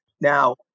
Now